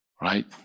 right